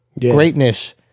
greatness